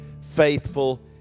faithful